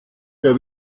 der